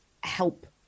help